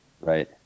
right